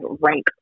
rank